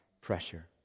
pressure